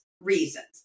reasons